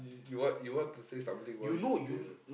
you you want you want to say something about it you need to